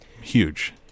huge